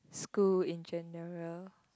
school in general